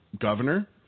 governor